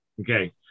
Okay